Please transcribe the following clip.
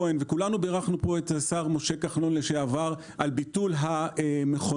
כולנו בירכנו את השר לשעבר משה כחלון על ביטול המכונות,